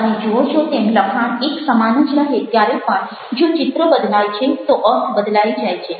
તમે જુઓ છો તેમ લખાણ એક સમાન જ રહે ત્યારે પણ જો ચિત્ર બદલાય છે તો અર્થ બદલાઈ જાય છે